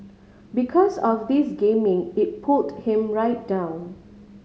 because of this gaming it pulled him right down